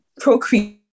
procreate